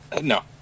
No